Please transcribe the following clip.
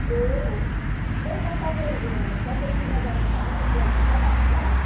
ए हुन्छ त्यही त तपाईँ तपाईँ चिनाजाना छ र त मलाई ढुक्क भएको त